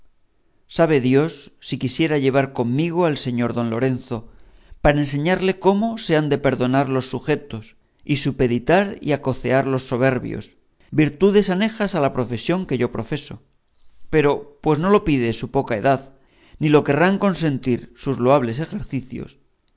sabe dios si quisiera llevar conmigo al señor don lorenzo para enseñarle cómo se han de perdonar los sujetos y supeditar y acocear los soberbios virtudes anejas a la profesión que yo profeso pero pues no lo pide su poca edad ni lo querrán consentir sus loables ejercicios